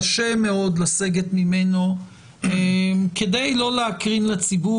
קשה מאוד לסגת ממנו כדי דלא להקרין לציבור